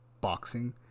boxing